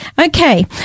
Okay